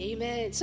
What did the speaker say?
Amen